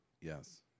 Yes